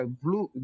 blue